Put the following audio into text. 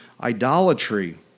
idolatry